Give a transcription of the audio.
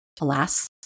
alas